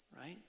right